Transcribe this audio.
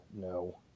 no